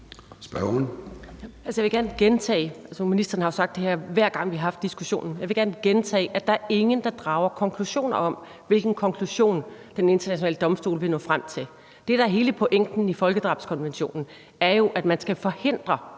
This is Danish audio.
Jeg vil gerne gentage, at der er ingen, der drager konklusioner om, hvilken konklusion Den Internationale Domstol vil nå frem til. Det, der er hele pointen i folkedrabskonventionen, er jo, at man skal forhindre